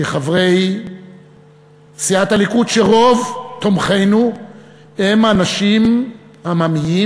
כחברי סיעת הליכוד, שרוב תומכינו הם אנשים עממיים,